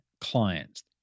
clients